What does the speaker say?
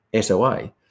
SOA